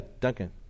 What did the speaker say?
duncan